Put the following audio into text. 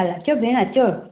अचो भेण अचो